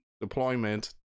deployment